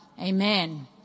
Amen